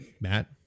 matt